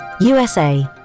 USA